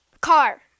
car